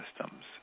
systems